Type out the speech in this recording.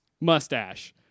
mustache